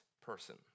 person